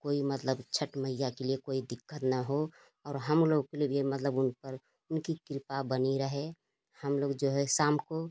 कोई मतलब छत्त मैया के लिए कोई दिक़्क़त ना हो और हम लोग के लिए भी मतलब उन पर उनकी कृपा बनी रहे हम लोग जो है शाम को